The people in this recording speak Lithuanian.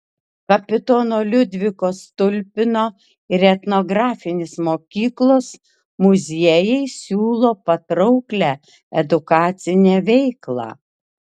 kapitono liudviko stulpino ir etnografinis mokyklos muziejai siūlo patrauklią edukacinę veiklą